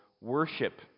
worship